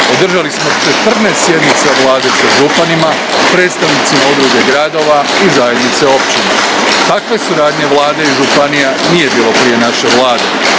Održali smo 14 sjednica Vlade sa županima, predstavnicima Udruge gradova i zajednice općina. Takve suradnje Vlade i županija nije bilo prije naše Vlade,